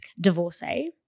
divorcee